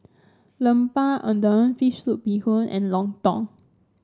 Lemper Udang fish soup Bee Hoon and lontong